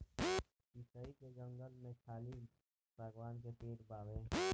शीशइ के जंगल में खाली शागवान के पेड़ बावे